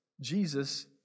Jesus